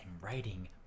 writing